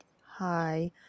hi